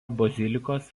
bazilikos